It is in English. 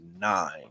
nine